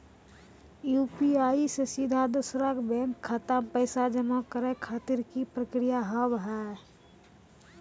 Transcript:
UPI से सीधा दोसर के बैंक खाता मे पैसा जमा करे खातिर की प्रक्रिया हाव हाय?